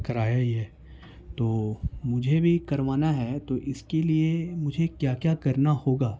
کرایا ہے تو مجھے بھی کروانا ہے تو اس کے لیے مجھے کیا کیا کرنا ہوگا